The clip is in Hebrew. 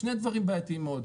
שני דברים בעייתיים מאוד,